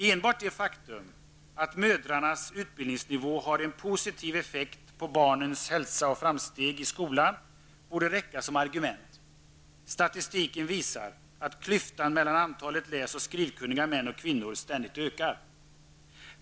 Enbart det faktum att mödrarnas utbildningsnivå har en positiv effekt på barnens hälsa och framsteg i skolan bör räcka som argument. Statistiken visar att klyftan mellan antalet läs och skrivkunniga män och kvinnor ständigt ökar.